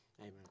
Amen